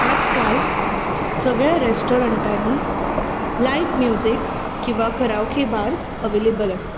आयज काल सगळे रेस्टाॅरंटानी लायव्ह म्युजीक किंवा कराओके बार्स अवेलेबल आसतात